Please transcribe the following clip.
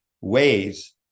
ways